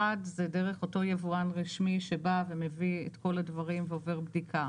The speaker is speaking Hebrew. אחד הוא דרך אותו יבואן רשמי שבא ומביא את כל הדברים ועובר בדיקה.